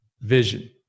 vision